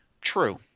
True